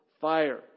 fire